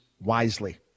wisely